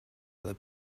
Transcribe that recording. other